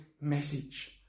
message